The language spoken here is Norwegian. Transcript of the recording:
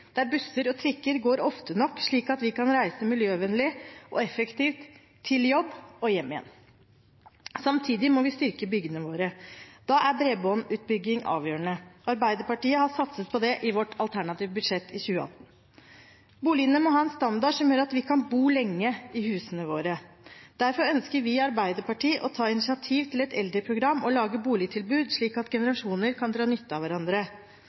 der busser og trikker går ofte nok, slik at vi kan reise miljøvennlig og effektivt til jobb og hjem igjen. Samtidig må vi styrke bygdene våre. Da er bredbåndutbygging avgjørende. Arbeiderpartiet har satset på det i sitt budsjett for 2018. Boligene må ha en standard som gjør at vi kan bo lenge i husene våre. Derfor ønsker vi i Arbeiderpartiet å ta initiativ til et eldreprogram og lage boligtilbud slik at generasjoner kan dra nytte av hverandre.